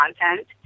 content